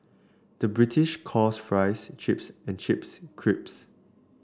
the British calls fries chips and chips crisps